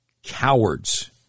Cowards